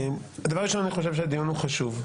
דבר ראשון אני חושב שהדיון הוא חשוב,